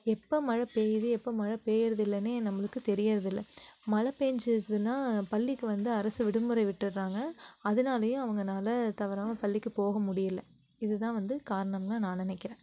எப்போ மழைப் பெய்யுது எப்போ மழைப் பெய்கிறது இல்லைன்னு நமக்கு தெரிகிறது இல்லை மழைப் பெஞ்சதுன்னா பள்ளிக்கு வந்து அரசு விடுமுறை விட்டுடறாங்க அதனாலயே அவங்கனால் தவறாமல் பள்ளிக்கு போக முடியலை இது தான் வந்து காரணம்னு நான் நினைக்கிறேன்